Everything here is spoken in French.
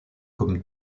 comme